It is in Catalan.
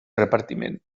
repartiment